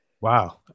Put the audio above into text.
Wow